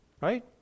right